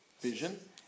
vision